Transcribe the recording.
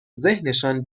ذهنشان